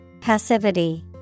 Passivity